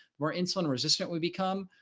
more insulin resistant we become,